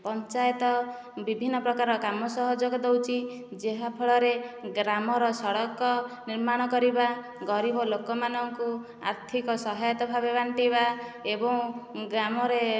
ପଞ୍ଚାୟତ ବିଭିନ୍ନ ପ୍ରକାର କାମ ସହଯୋଗ ଦେଇଛି ଯେହାଫଳରେ ଗ୍ରାମରେ ସଡ଼କ ନିର୍ମାଣ କରିବା ଗରିବ ଲୋକମାନଙ୍କୁ ଆର୍ଥିକ ସହାୟତା ଭାବେ ବାଣ୍ଟିବା ଏବଂ ଗ୍ରାମରେ